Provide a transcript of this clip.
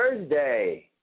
Thursday